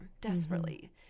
desperately